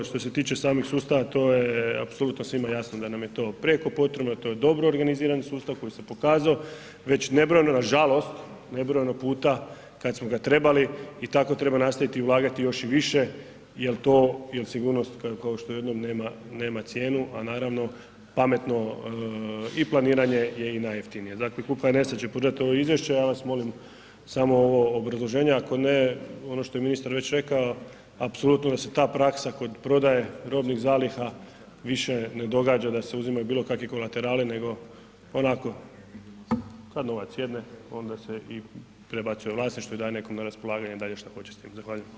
Što se tiče samih sustava, to je apsolutno svima jasno da nam je to prijeko potrebno, to je dobro organiziran sustav koji se pokazao već nebrojeno, nažalost, nebrojeno puta kad smo ga trebali i tako treba nastaviti ulagati još i više jer to je sigurnost kao što ujedno nema cijenu a naravno, pametno i planiranje je i najjeftinije, dakle ... to izvješće, ja vas molim samo ovo obrazloženje, ako ne, ono što je ministar već rekao, apsolutno da se ta praksa kod prodaje robnih zaliha više ne događa, da se uzimaju bilokakvi kolaterali nego onako, kad novac sjedne onda se i prebacuje vlasništvo i daje nekom na raspolaganje dalje što hoće s time, zahvaljujem.